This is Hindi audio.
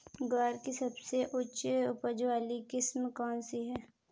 ग्वार की सबसे उच्च उपज वाली किस्म कौनसी है?